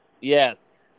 Yes